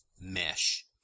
mesh